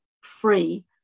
free